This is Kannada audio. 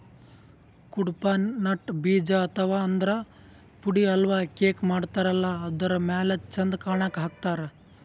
ಕುಡ್ಪಾ ನಟ್ ಬೀಜ ಅಥವಾ ಆದ್ರ ಪುಡಿ ಹಲ್ವಾ, ಕೇಕ್ ಮಾಡತಾರಲ್ಲ ಅದರ್ ಮ್ಯಾಲ್ ಚಂದ್ ಕಾಣಕ್ಕ್ ಹಾಕ್ತಾರ್